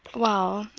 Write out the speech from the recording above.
well,